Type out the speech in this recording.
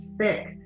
thick